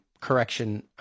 correction